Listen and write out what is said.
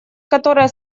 которая